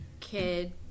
kid